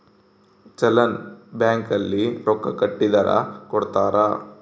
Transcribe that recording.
challan bank ಅಲ್ಲಿ ರೊಕ್ಕ ಕಟ್ಟಿದರ ಕೋಡ್ತಾರ